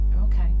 Okay